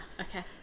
okay